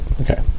Okay